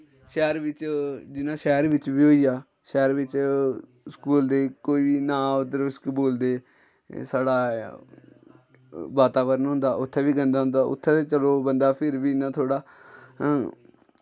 शैह्र बिच्च जि'यां शैह्र बिच्च बी होइया शैह्र बिच्च स्कूल दे कोई बी ना उद्धर केह् बोलदे साढ़ा वातावरण होंदा उत्थै बी गंदा होंदा उत्थै ते चलो बंदा फिर बी इ'यां थोह्ड़ा